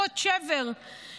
ולא לדבר על משפחות חטופים תמיד.